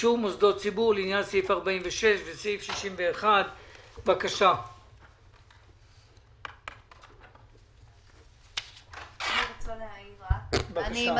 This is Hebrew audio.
אישור מוסדות ציבור לעניין סעיף 46 וסעיף 61. אני